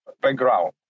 background